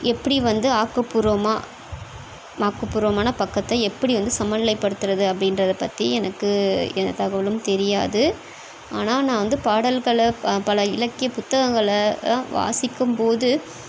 எப்படி வந்து ஆக்கப்பூர்வமாக ஆக்கப்பூர்வமான பக்கத்தை எப்படி வந்து சமநிலை படுத்துறது அப்படின்றத பற்றி எனக்கு எந்த தகவலும் தெரியாது ஆனால் நான் வந்து பாடல்களை பல இலக்கிய புத்தகங்களைலாம் வாசிக்கும்போது